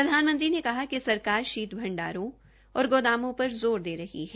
प्रधानमंत्री ने कहा कि सरकार शीत भंडारण और गोदामों पर जोर दे रही है